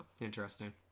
Interesting